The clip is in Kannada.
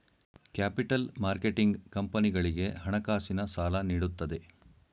ಕ್ಯಾಪಿಟಲ್ ಮಾರ್ಕೆಟಿಂಗ್ ಕಂಪನಿಗಳಿಗೆ ಹಣಕಾಸಿನ ಸಾಲ ನೀಡುತ್ತದೆ